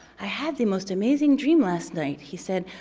i had the most amazing dream last night. he said,